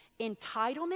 Entitlement